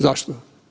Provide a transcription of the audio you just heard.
Zašto?